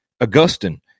Augustine